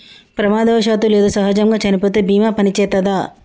ప్రమాదవశాత్తు లేదా సహజముగా చనిపోతే బీమా పనిచేత్తదా?